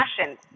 passion